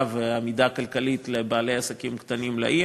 והעמידה הכלכלית לבעלי עסקים קטנים בעיר,